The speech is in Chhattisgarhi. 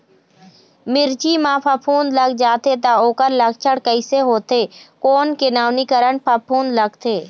मिर्ची मा फफूंद लग जाथे ता ओकर लक्षण कैसे होथे, कोन के नवीनीकरण फफूंद लगथे?